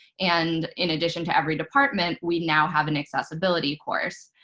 and in addition to every department, we now have an accessibility course.